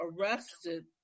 arrested